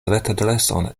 retadreson